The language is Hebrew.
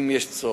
אם יש צורך.